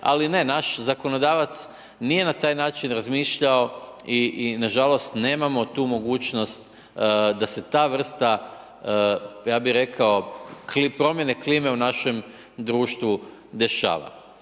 ali ne, naš zakonodavac nije na taj način razmišljao i nažalost nemamo tu mogućnost da se ta vrsta, ja bih rekao promjene klime u našem društvu dešava.